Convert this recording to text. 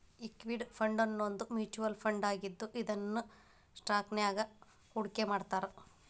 equity ಫಂಡನ್ನೋದು mutual ಫಂಡಾಗಿದ್ದು ಇದನ್ನ ಸ್ಟಾಕ್ಸ್ನ್ಯಾಗ್ ಹೂಡ್ಕಿಮಾಡ್ತಾರ